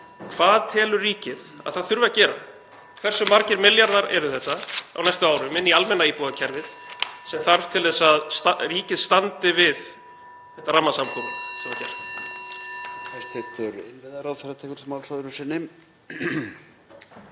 hvað ríkið telur að þurfi að gera. Hversu margir milljarðar eru þetta á næstu árum inn í almenna íbúðakerfið sem þarf til þess að ríkið standi við rammasamkomulagið sem var gert?